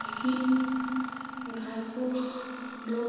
लेकिन गाय को हमलोग